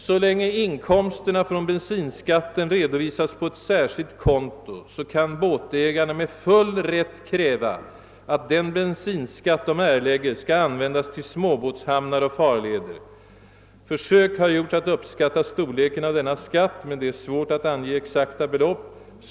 Så länge inkomsterna från bensinskatten redovisas på ett särskilt konto, så kan båtägarna med full rätt kräva, att den bensinskatt de erlägger skall användas till småbåtshamnar och farleder. Försök har gjorts att uppskatta storleken av denna skatt, men det är svårt att ange exakta belopp.